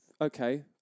Okay